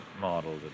model